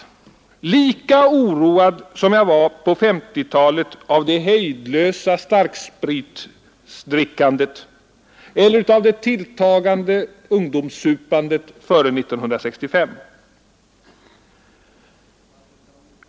Jag är lika oroad som jag var på 1950-talet av det hejdlösa starkspritdrickandet eller av det tilltagande ungdomssupandet före 1965.